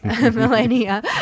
millennia